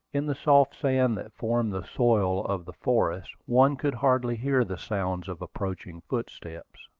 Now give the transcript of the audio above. in the soft sand that formed the soil of the forest, one could hardly hear the sounds of approaching footsteps.